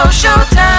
showtime